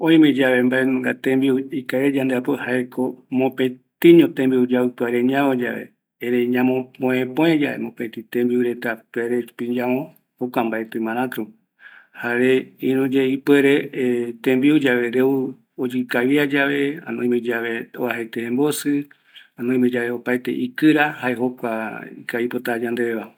Oimeko tembiureta yauva jetape oyoavɨ, oime amogue tembiu reta oyeapo moa ndiveva, yae supe trangenico, erei oime tenbiu reta oyeapo yande yambo cosecha ñanereta peiva, jae jokua tembiu ikavigue,